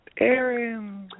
Aaron